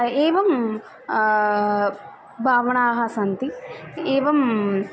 एवं भावनाः सन्ति एवम्